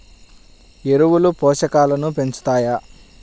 ఎరువులు పోషకాలను పెంచుతాయా?